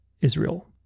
Israel